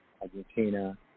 Argentina